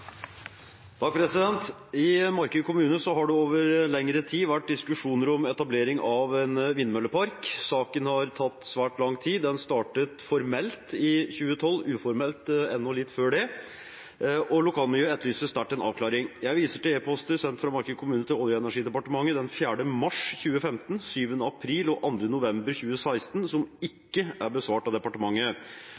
kommune har det over lengre tid vært diskusjoner om etablering av en vindmøllepark. Saken har tatt svært lang tid, den startet i 2012, og lokalmiljøet etterlyser sterkt en avklaring. Jeg viser til e-poster sendt fra Marker kommune til Olje- og energidepartementet den 4. mars 2015, 7. april og 2. november 2016, som